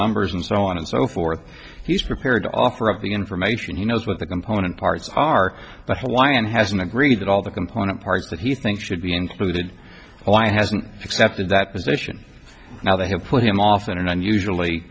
numbers and so on and so forth he's prepared to offer up the information he knows what the component parts are but why hasn't agreed that all the component parts that he thinks should be included why hasn't accepted that position now they have put him off in an unusually